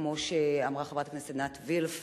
כמו שאמרה חברת הכנסת עינת וילף,